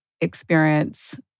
experience